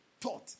thought